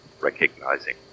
recognizing